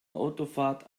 autofahrt